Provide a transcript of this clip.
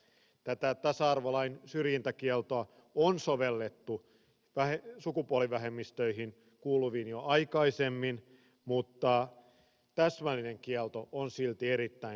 tätä tasa arvolain syrjintäkieltoa on sovellettu sukupuolivähemmistöihin kuuluviin jo aikaisemmin mutta täsmällinen kielto on silti erittäin tärkeä